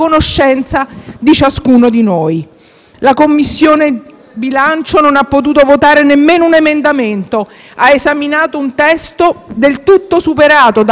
La Commissione bilancio non ha potuto votare nemmeno un emendamento. Ha esaminato un testo del tutto superato dal maxiemendamento del Governo, che chissà se arriverà.